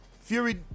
Fury